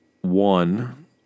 One